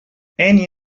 any